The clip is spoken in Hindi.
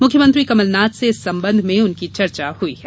मुख्यमंत्री कमलनाथ से इंस संबंध में उनकी चर्चा हुई है